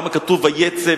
למה כתוב "ויצא",